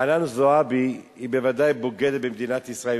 חנין זועבי היא בוודאי בוגדת במדינת ישראל.